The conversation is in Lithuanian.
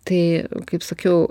tai kaip sakiau